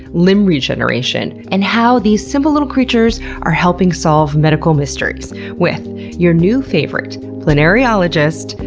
limb regeneration, and how these simple little creatures are helping solve medical mysteries with your new favorite planariologist,